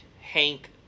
Hank